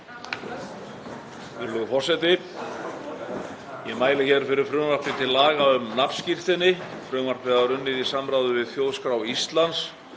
Hæstv. forseti. Ég mæli hér fyrir frumvarpi til laga um nafnskírteini. Frumvarpið var unnið í samráði við Þjóðskrá Íslands.